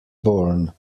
born